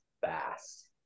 fast